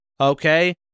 Okay